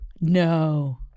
No